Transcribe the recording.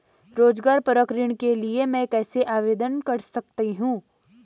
रोज़गार परक ऋण के लिए मैं कैसे आवेदन कर सकतीं हूँ?